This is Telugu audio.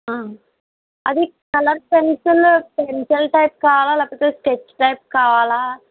అది కలర్ పెన్సిల్ పెన్సిల్ టైప్ కావాలా లేక స్కెచ్ టైప్ కావాలా